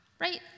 right